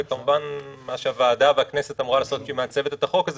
וכמובן מה שהוועדה והכנסת אמורות לעשות כמעצבות את החוק הזה,